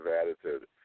attitude